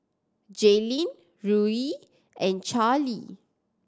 Jalyn Ruie and Charlie